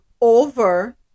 over